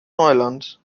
neuland